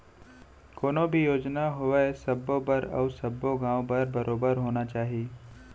कोनो भी योजना होवय सबो बर अउ सब्बो गॉंव बर बरोबर होना चाही